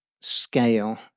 scale